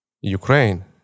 Ukraine